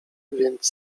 więc